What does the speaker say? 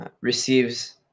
receives